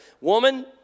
woman